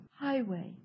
highway